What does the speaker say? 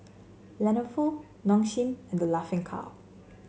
Lenovo Nong Shim and The Laughing Cow